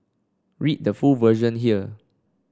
read the full version here